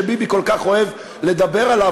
שביבי כל כך אוהב לדבר עליו,